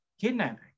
kidnapping